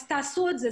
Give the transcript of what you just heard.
אז תעשו את זה.